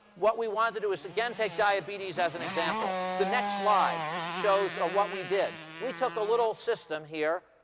what we wanted to do was again take diabetes as an example. the next slide shows what we did. we took a little system here.